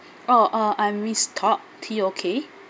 oh uh I'm miss tok T O K